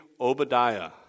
Obadiah